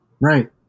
Right